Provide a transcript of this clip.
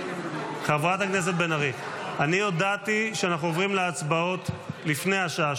אני הודעתי שאנחנו עוברים להצבעות לפני השעה